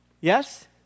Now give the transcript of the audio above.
yes